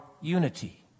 unity